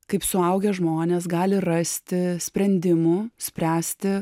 kaip suaugę žmonės gali rasti sprendimų spręsti